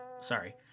Sorry